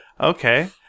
Okay